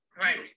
Right